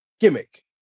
gimmick